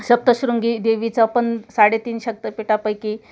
सप्तशृंगी देवीचं पन साडेतीन शक्तपीठापैकी